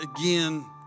again